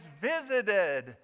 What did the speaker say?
visited